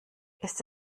ist